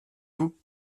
vous